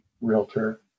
realtor